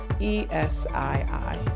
E-S-I-I